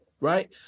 right